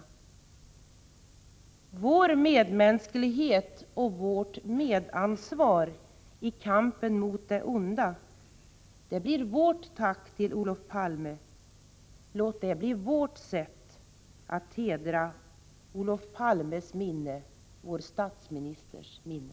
Vår medmänsklighet och vårt medansvar i kampen mot det onda blir vårt tack till Olof Palme. Låt det bli vårt sätt att hedra Olof Palmes minne, vår statsministers minne!